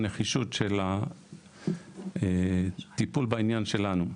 הנחישות בטיפול בעניין שלנו.